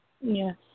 yes